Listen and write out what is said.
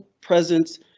presence